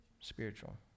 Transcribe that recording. Spiritual